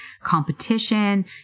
competition